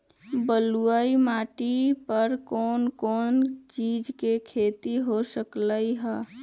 बलुई माटी पर कोन कोन चीज के खेती हो सकलई ह?